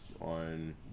on